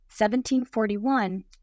1741